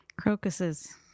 Crocuses